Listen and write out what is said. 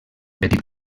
petit